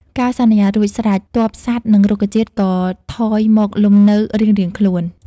កាលសន្យារួចស្រេច ទ័ពសត្វ និងរុក្ខជាតិក៏ថយមកលំនៅរៀងៗខ្លួន។